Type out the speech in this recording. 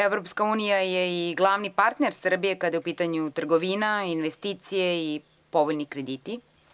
Evropska unija je i glavni partner Srbije kada je u pitanju trgovina, investicije i povoljni krediti.